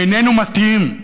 הוא איננו מתאים,